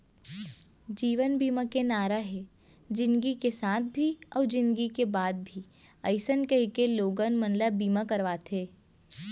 जीवन बीमा के नारा हे जिनगी के साथ भी अउ जिनगी के बाद भी अइसन कहिके लोगन मन ल बीमा करवाथे